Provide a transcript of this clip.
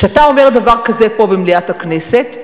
כשאתה אומר דבר כזה פה במליאת הכנסת,